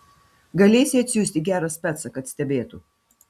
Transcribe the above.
galėsi atsiųsti gerą specą kad stebėtų